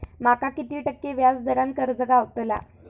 माका किती टक्के व्याज दरान कर्ज गावतला?